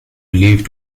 believed